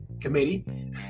committee